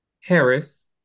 Harris